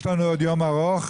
יש לנו עוד יום ארוך,